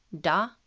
Da